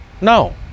No